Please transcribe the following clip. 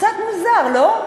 קצת מוזר, לא?